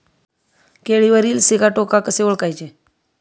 केळीवरील सिगाटोका कसे ओळखायचे?